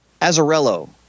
Azarello